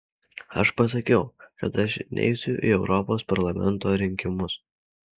aš pasakiau kad aš neisiu į europos parlamento rinkimus